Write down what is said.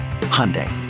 Hyundai